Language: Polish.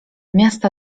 miasta